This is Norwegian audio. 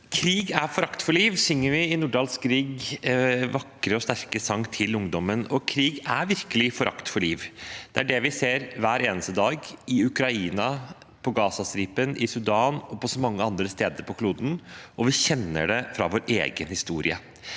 «Krig er forakt for liv», synger vi i Nordahl Griegs vakre og sterke sang «Til ungdommen». Krig er virkelig forakt for liv. Det er det vi ser hver eneste dag, i Ukraina, på Gazastripen, i Sudan og så mange andre steder på kloden, og vi kjenner det fra vår egen historie.